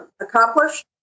accomplished